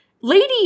Lady